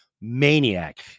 maniac